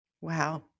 Wow